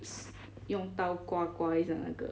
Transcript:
s~ 用刀刮刮一下那个